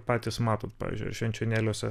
patys matot pavyzdžiui ar švenčionėliuose